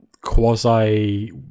quasi